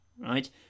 Right